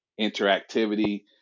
interactivity